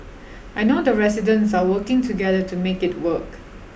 I know the residents are working together to make it work